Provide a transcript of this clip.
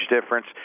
difference